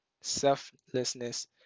selflessness